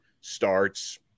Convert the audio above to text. starts